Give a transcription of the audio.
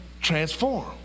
transform